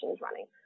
running